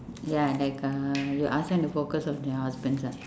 ya like uh you ask them to focus on your husband ah